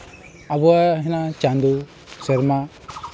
ᱟᱵᱚᱣᱟᱜ ᱦᱮᱱᱟᱜᱼᱟ ᱪᱟᱸᱫᱚ ᱥᱮᱨᱢᱟ